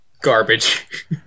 garbage